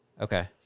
Okay